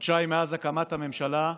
חודשיים מאז הקמת הממשלה,